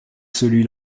celui